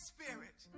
Spirit